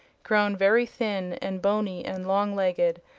grown very thin and bony and long-legged,